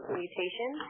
mutation